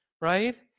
right